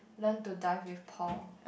Learn to Dive with Paul